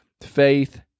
faith